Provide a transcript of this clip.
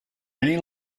many